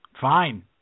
fine